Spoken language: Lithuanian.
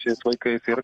šiais vaikais ir